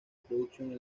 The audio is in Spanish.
productions